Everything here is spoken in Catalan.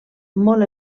molt